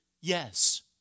Yes